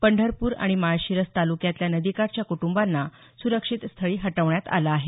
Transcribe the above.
पंढरपूर आणि माळशिरस तालुक्यातल्या नदीकाठच्या कुटुंबांना सुरक्षितस्थळी हलविण्यात आलं आहे